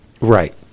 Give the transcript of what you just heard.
Right